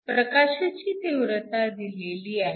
प्रकाशाची तीव्रता दिलेली आहे